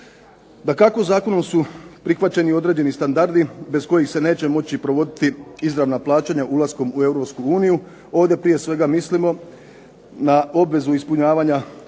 Dakako Zakonom su prihvaćeni određeni standardi bez kojih se neće moći provoditi izravna plaćanja ulaskom u Europsku uniju, ovdje prije svega mislimo na obvezu ispunjavanja